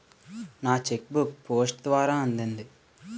నా cheque book post ద్వారా అందింది